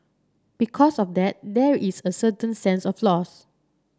because of that there is a certain sense of loss